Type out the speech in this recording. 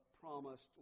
promised